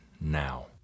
now